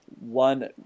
One